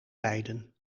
leiden